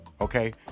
Okay